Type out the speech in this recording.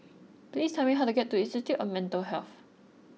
please tell me how to get to Institute of Mental Health